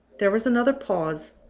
there was another pause.